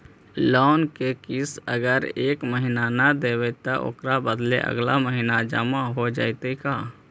Loan के किस्त अगर एका महिना न देबै त ओकर बदले अगला महिना जमा हो जितै का?